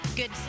Good